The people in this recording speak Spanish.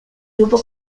grupo